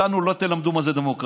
אותנו לא תלמדו מהי דמוקרטיה.